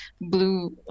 blue